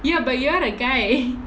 ya but you are a guy